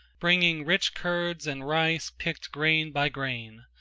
bringing rich curds and rice picked grain by grain,